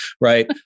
right